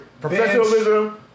professionalism